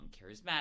charismatic